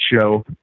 show